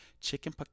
chicken